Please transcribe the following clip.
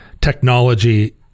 technology